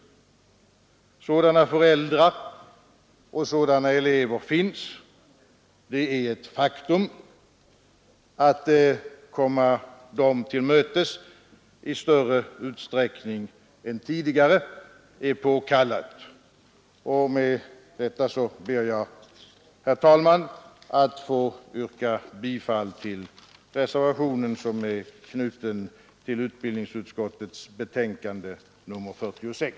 Sådana föräldrar och sådana elever finns — det är ett faktum. Att komma dem till mötes i större utsträckning än tidigare är påkallat. Med detta ber jag, herr talman, att få yrka bifall till den reservation som är knuten till utbildningsutskottets betänkande nr 46.